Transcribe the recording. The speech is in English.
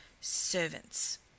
servants